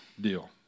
deal